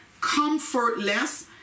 comfortless